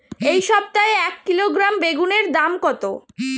এই সপ্তাহে এক কিলোগ্রাম বেগুন এর দাম কত?